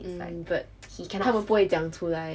mm but 他们不会讲出来